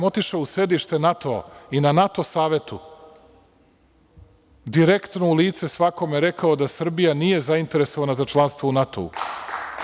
Otišao sam u sedište NATO-a i na NATO savetu direktno u lice svakome rekao da Srbije nije zainteresovana za članstvo u NATO-u.